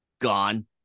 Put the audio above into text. gone